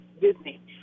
disney